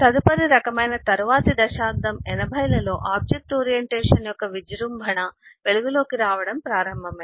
తదుపరి రకమైన తరువాతి దశాబ్దం 80 లలో ఆబ్జెక్ట్ ఓరియెంటేషన్ యొక్క విజృంభణ వెలుగులోకి రావడం ప్రారంభమైంది